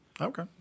Okay